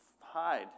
hide